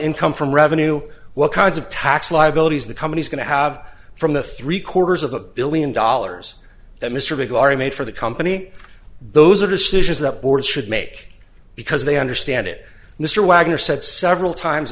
income from revenue what kinds of tax liabilities the company's going to have from the three quarters of a billion dollars that mr biglari made for the company those are decisions that board should make because they understand it mr wagner said several times